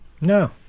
No